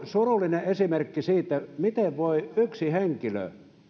surullinen esimerkki siitä miten voi yksi henkilö